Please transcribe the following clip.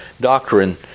doctrine